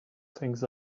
things